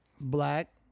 black